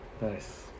Nice